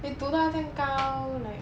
they 读到这样高 like